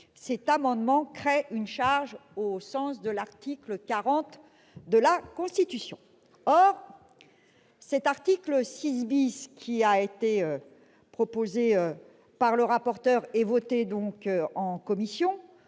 cet amendement crée une charge au sens de l'article 40 de la Constitution. » Or cet article 6 , proposé par le rapporteur et voté en commission,